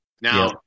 Now